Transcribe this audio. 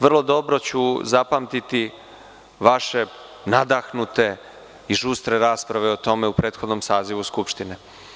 Vrlo dobro ću zapamtiti vaše nadahnute i žustre rasprave o tome u prethodnom sazivu Skupštine.